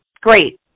great